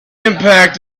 impact